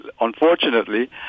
unfortunately